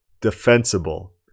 defensible